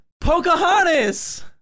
Pocahontas